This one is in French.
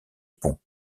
pont